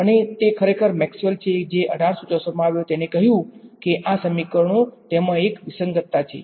અને તે ખરેખર મેક્સવેલ છે જે ૧૮૬૪ માં આવ્યો તેણે કહ્યું હતું કે આ સમીકરણો તેમાં એક વિસંગતતા છે